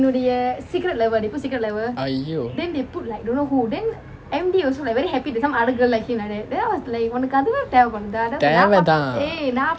!aiyo! தேவை தான்:thevai thaan